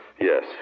Yes